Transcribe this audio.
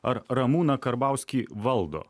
ar ramūną karbauskį valdo